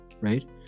Right